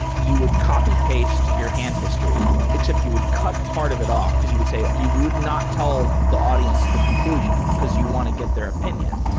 you would copy plus paste your hand history, except you would cut part of it off because you would say you would not tell the audience the conclusion, because you want to get their opinion.